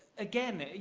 again,